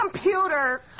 Computer